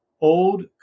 Old